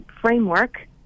framework